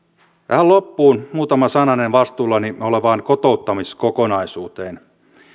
tähän loppuun muutama sananen vastuullani olevaan kotouttamiskokonaisuuteen